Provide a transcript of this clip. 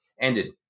ended